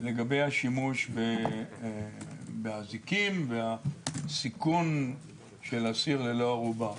לגבי השימוש באזיקים והסיכון של אסיר ללא ערובה.